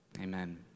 Amen